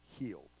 healed